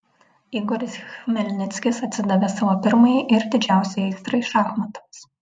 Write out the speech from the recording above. igoris chmelnickis atsidavė savo pirmajai ir didžiausiai aistrai šachmatams